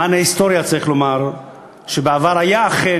למען ההיסטוריה צריך לומר שבעבר היה אכן